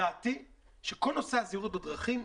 דעתי שכל נושא הזהירות בדרכים,